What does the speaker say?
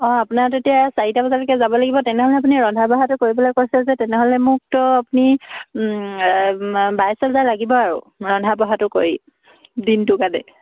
অঁ আপোনাৰ তেতিয়া চাৰিটা বজালৈকে যাব লাগিব তেনেহ'লে আপুনি ৰন্ধা বঢ়াটো কৰিবলৈ কৈছে যে তেনেহ'লে মোকতো আপুনি বাইছ হেজাৰ লাগিব আৰু ৰন্ধা বঢ়াটো কৰি দিনটো কাৰণে